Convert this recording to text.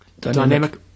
Dynamic